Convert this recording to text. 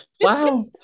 Wow